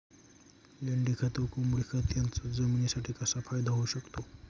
लेंडीखत व कोंबडीखत याचा जमिनीसाठी कसा फायदा होऊ शकतो?